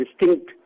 distinct